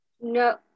no